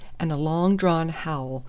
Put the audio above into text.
and a long-drawn howl,